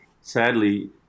sadly